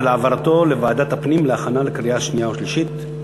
ואת העברתה לוועדת הפנים להכנה לקריאה שנייה ושלישית.